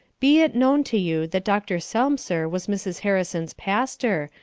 be it known to you that dr. selmser was mrs. harrison's pastor,